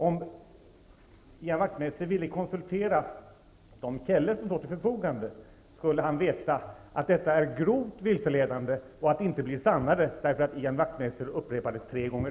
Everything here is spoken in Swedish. Om Ian Wachtmeister ville konsultera de källor som finns till förfogande, skulle han veta att detta är grovt vilseledande och att det inte blir sannare av att Ian Wachtmeister upprepar det tre gånger.